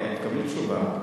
תקבלי תשובה.